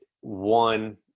one